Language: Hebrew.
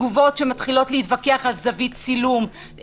תגובות שמתחילות להתווכח על זווית צילום,